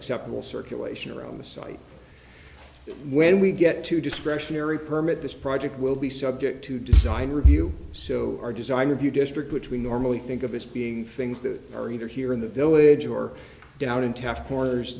acceptable circulation around the site when we get to discretionary permit this project will be subject to design review so our design review district which we normally think of as being things that are either here in the village or down in taft corners